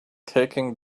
taking